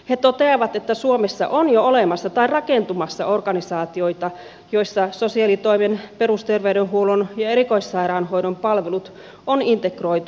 he toteavat että suomessa on jo olemassa tai rakentumassa organisaatioita joissa sosiaalitoimen perusterveydenhuollon ja erikoissairaanhoidon palvelut on integroitu